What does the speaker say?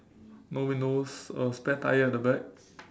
no windows a spare tyre at the back